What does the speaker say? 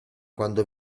quando